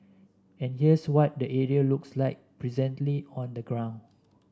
and here's what the area looks like presently on the ground